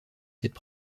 cette